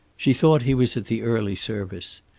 she thought he was at the early service.